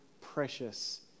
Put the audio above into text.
precious